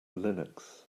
linux